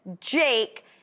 Jake